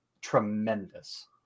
tremendous